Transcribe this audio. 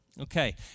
Okay